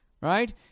right